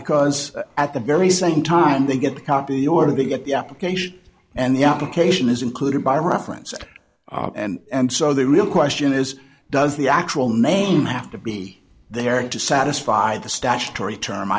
because at the very same time they get a copy order to get the application and the application is included by reference and so the real question is does the actual name have to be there to satisfy the statutory term